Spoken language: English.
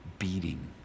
Beating